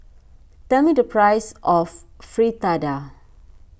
tell me the price of Fritada